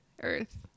earth